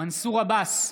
מנסור עבאס,